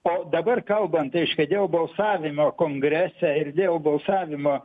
o dabar kalbant reiškia dėl balsavimo kongrese ir dėl balsavimo